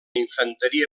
infanteria